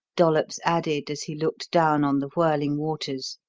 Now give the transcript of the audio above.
dollops added as he looked down on the whirling waters,